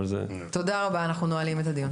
תודה רבה, אנחנו נועלים את הדיון.